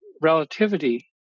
relativity